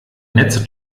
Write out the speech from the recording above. netze